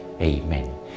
Amen